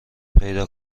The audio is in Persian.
پیدا